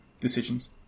decisions